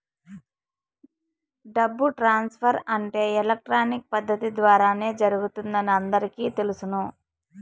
డబ్బు ట్రాన్స్ఫర్ అంటే ఎలక్ట్రానిక్ పద్దతి ద్వారానే జరుగుతుందని అందరికీ తెలుసును